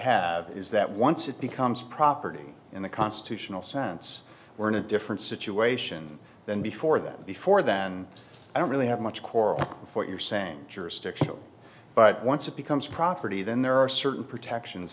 have is that once it becomes property in the constitutional sense we're in a different situation than before that before then i don't really have much core of what you're saying jurisdictional but once it becomes property then there are certain protections